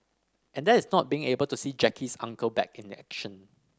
and that is not being able to see Jackie's Uncle back in action